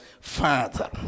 father